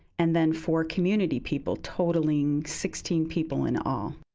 and then four community people, totaling sixteen people in all.